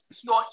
pure